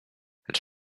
lecz